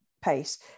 pace